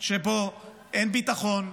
שבו אין ביטחון,